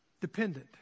Dependent